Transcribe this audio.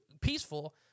peaceful